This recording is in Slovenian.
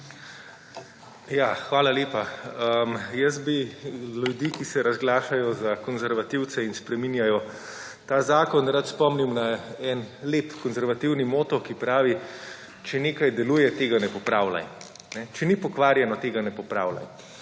Hvala lepa. Jaz bi ljudi, ki se razglašajo za konservativce in spreminjajo ta zakon, rad spomnil na en lep konservativni moto, ki pravi: če nekaj deluje, tega ne popravljaj. Če ni pokvarjeno, tega ne popravljaj.